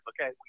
okay